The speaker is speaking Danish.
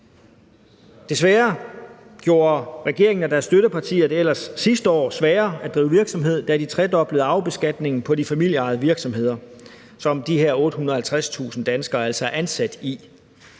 Desværre gjorde regeringen og dens støttepartier det sidste år sværere at drive virksomhed, da de tredoblede arvebeskatningen på de familieejede virksomheder, som de her 850.000 danskere altså er ansat i.